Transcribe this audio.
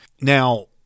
now